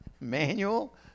manual